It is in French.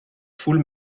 foule